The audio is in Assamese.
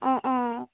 অঁ অঁ